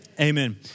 Amen